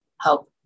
help